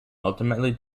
ultimately